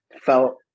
felt